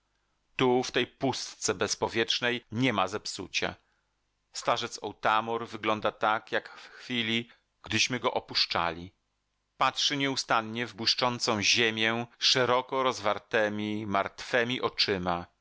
tu w tej pustce bezpowietrznej niema zepsucia starzec otamor wygląda tak jak w chwili gdyśmy go opuszczali patrzy nieustannie w błyszczącą ziemię szeroko rozwartemi martwemi oczyma